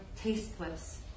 tasteless